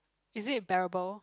is it bearable